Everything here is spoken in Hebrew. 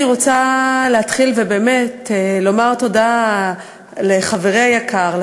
אני רוצה להתחיל ובאמת לומר תודה לחברי היקר,